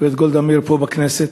הגברת גולדה מאיר, פה בכנסת,